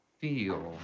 feel